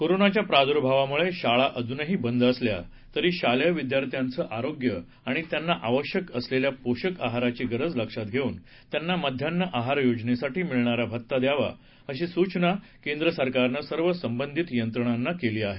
कोरोनाच्या प्रादुर्भावामुळे शाळा अजूनही बंद असल्या तरी शालेय विद्यार्थ्यांचं आरोग्य आणि त्यांना आवश्यक असलेल्या पोषक आहाराची गरज लक्षात घेऊन त्यांना माध्यान्ह आहार योजनेसाठी मिळणारा भत्ता द्यावा अशी सुचना केंद्र सरकारनं सर्व संबंधित यंत्रणांना केली आहे